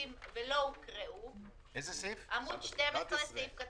אם תקבלו את אחת הסתייגויות, אני